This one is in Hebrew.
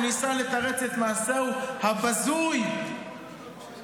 הוא ניסה לתרץ את מעשהו הבזוי בכך